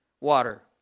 water